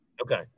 Okay